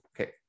okay